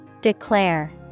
Declare